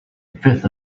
fifth